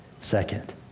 Second